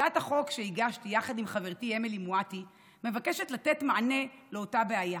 הצעת החוק שהגשתי יחד עם חברתי אמילי מואטי מבקשת לתת מענה לאותה בעיה,